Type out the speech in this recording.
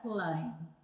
line